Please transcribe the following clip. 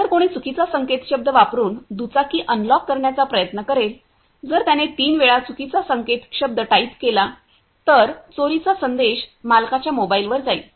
जर कोणी चुकीचा संकेतशब्द वापरुन दुचाकी अनलॉक करण्याचा प्रयत्न करेल जर त्याने तीन वेळा चुकीचा संकेतशब्द टाइप केला तर चोरीचा संदेश मालकांच्या मोबाइलवर जाईल